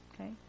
Okay